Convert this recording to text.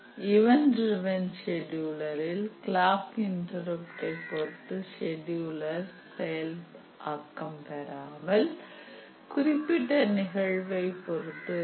event driven செடியுலரில் clock இன்டருப்டை பொருத்து செடியுலர் செயல் ஆக்கம் பெறாமல் குறிப்பிட்ட நிகழ்வை பொறுத்து இருக்கும்